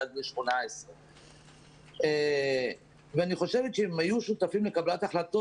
עד גיל 18. אני חושבת שאם היו שותפים לקבלת ההחלטות,